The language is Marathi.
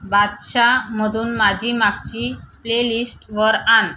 बादशहामधून माझी मागची प्लेलिस्ट वर आण